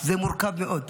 זה מורכב מאוד.